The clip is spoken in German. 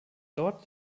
dort